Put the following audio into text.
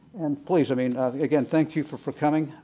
and, please i mean again thank you for for coming.